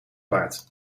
paard